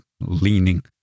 leaning